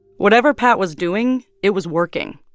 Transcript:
whatever pat was doing, it was working.